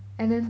and then